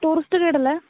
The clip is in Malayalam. ടൂറിസ്റ്റ് ഗൈഡല്ലേ